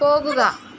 പോകുക